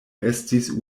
estis